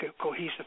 cohesive